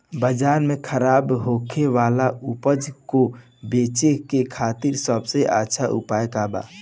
बाजार में खराब होखे वाला उपज को बेचे के खातिर सबसे अच्छा उपाय का बा?